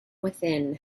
within